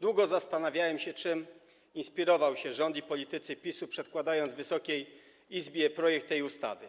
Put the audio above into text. Długo zastanawiałem się, czym inspirowali się rząd i politycy PiS-u, przedkładając Wysokiej Izbie projekt tej ustawy,